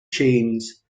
chains